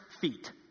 feet